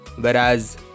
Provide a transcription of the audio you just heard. whereas